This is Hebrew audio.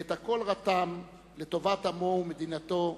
ואת הכול רתם לטובת עמו ומדינתו,